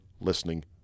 listening